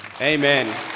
Amen